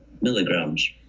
milligrams